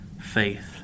faith